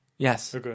Yes